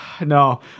No